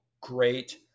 great